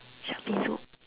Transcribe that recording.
shark fin soup